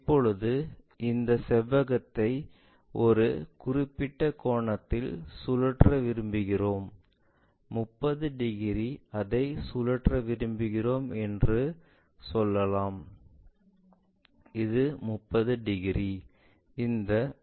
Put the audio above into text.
இப்போது இந்த செவ்வகத்தை ஒரு குறிப்பிட்ட கோணத்தில் சுழற்ற விரும்புகிறோம் 30 டிகிரி அதை சுழற்ற விரும்புகிறோம் என்று சொல்லலாம் இது 30 டிகிரி